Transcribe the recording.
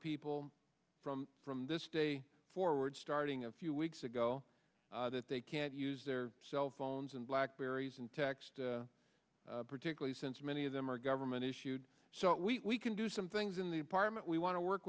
people from from this day forward starting a few weeks ago that they can't use their cell phones and blackberries and text particularly since many of them are government issued so we can do some things in the apartment we want to work